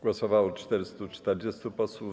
Głosowało 440 posłów.